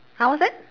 !huh! what's that